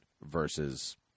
versus